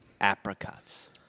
Apricots